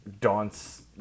dance